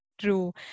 true